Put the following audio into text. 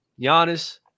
Giannis